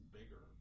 bigger